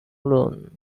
loan